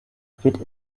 fit